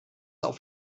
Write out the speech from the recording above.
auf